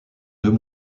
deux